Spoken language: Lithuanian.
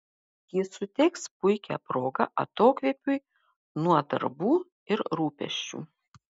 ji suteiks puikią progą atokvėpiui nuo darbų ir rūpesčių